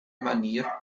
manier